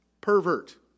pervert